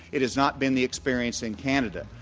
it has not been the experience in canada.